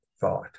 thought